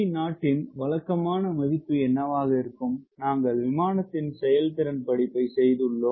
30 ஐப் பார்க்கவும் CD0 இன் வழக்கமான மதிப்பு என்னவாக இருக்கும் நாங்கள் விமானத்தின் செயல்திறன் படிப்பை செய்துள்ளோம்